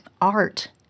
art